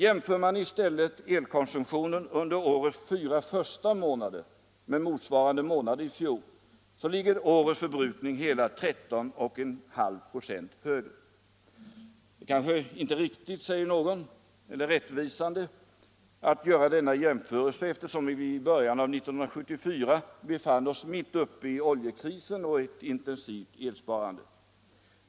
Jämför man i stället elkonsumtionen under årets fyra första månader med motsvarande månader i fjol ligger årets förbrukning hela 13,5 96 över. Det är inte rättvisande, säger någon, att göra denna jämförelse eftersom vi i början av 1974 befann oss mitt uppe i oljekrisen och ett intensivt elsparande.